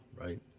right